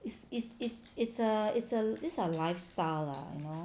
is is is it's a it's a it's a lifestyle lah you know